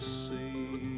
see